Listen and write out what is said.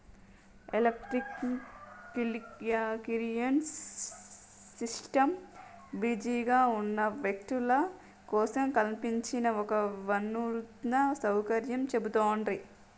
electronic clearing system బిజీగా ఉన్న వ్యక్తుల కోసం కల్పించిన ఒక వినూత్న సౌకర్యంగా చెబుతాండ్రు